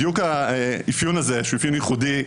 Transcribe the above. בדיוק האפיון הזה שהוא אפיון ייחודי,